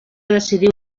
decidir